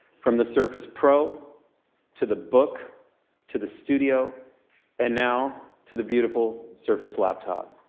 from the surface pro to the book to the studio and now to the beautiful surface laptop.